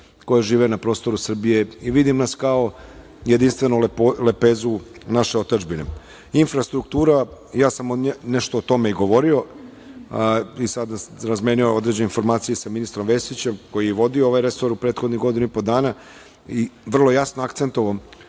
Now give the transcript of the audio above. koje žive na prostoru Srbije i vidim nas kao jedinstvenu lepezu naše otadžbine. Infrastruktura, ja sam nešto o tome i govorio, sada razmenjujem određene informacije sa ministrom Vesićem koji je vodio ovaj resor u prethodnih godinu i po dana, vrlo jasno akcentovao